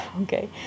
Okay